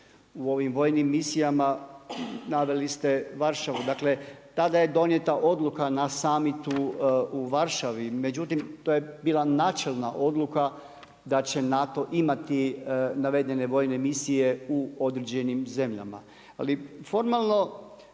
u ovim vojnim misijama, naveli ste Varšavu. Dakle tada je donijeta odluka na summitu u Varšavi međutim to je bila načelna odluka da će NATO imati navedene vojne misije u određenim zemljama. Ali formalno